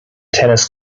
tennis